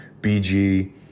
BG